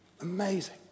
Amazing